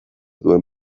duen